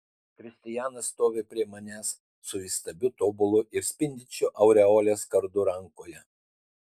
kristijanas stovi prie manęs su įstabiu tobulu ir spindinčiu aureolės kardu rankoje